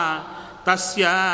Tasya